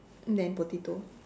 than potato